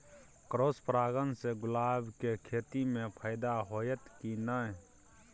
Cross परागण से गुलाब के खेती म फायदा होयत की नय?